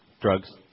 Drugs